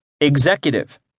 Executive